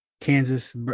Kansas